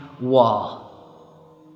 wall